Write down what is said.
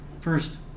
first